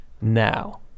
now